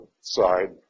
side